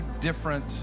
different